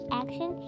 action